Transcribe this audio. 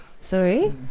sorry